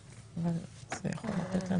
אותם.